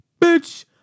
Bitch